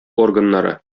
органнары